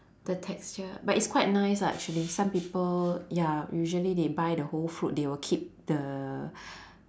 the texture but it's quite nice ah actually some people ya usually they buy the whole fruit they will keep the